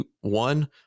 one